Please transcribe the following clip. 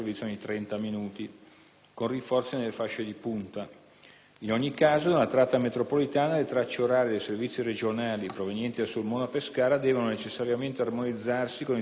con rinforzi nelle fasce di punta. In ogni caso, nella tratta metropolitana, le tracce orarie dei servizi regionali provenienti da Sulmona-Pescara devono necessariamente armonizzarsi con i servizi metropolitani